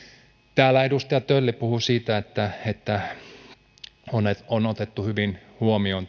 täällä edustaja tölli puhui siitä että että tässä laissa on otettu hyvin huomioon